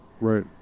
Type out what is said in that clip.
Right